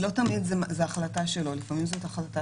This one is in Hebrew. לא תמיד זאת החלטה שלו אלא לפעמים זאת החלטה